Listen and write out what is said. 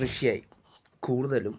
കൃഷിയായി കൂടുതലും